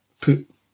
put